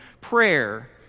Prayer